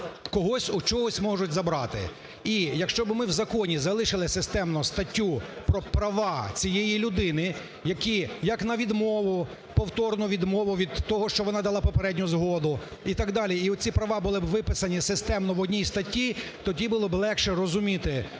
когось у чогось можуть забрати. І якщо би ми в законі залишили системно статтю про права цієї людини, які як на відмову, повторну відмову від того, що вона дала попередню згоду і так далі, і оці права були б виписані системно в одній статті – тоді б було легше розуміти